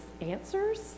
answers